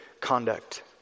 conduct